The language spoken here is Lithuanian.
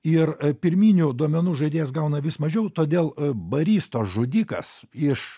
ir a pirminių duomenų žaidėjas gauna vis mažiau todėl a baristo žudikas iš